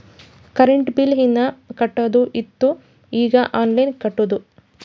current bill ಹೀನಾ ಕಟ್ಟದು ಇತ್ತು ಈಗ ಆನ್ಲೈನ್ಲೆ ಕಟ್ಟುದ